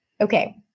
Okay